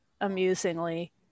amusingly